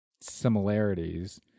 similarities